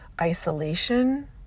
isolation